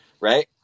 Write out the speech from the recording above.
Right